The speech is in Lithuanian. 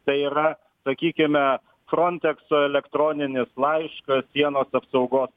tai yra sakykime frontekso elektroninis laiškas sienos apsaugos